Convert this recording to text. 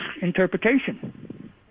interpretation